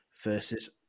Versus